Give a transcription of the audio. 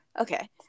Okay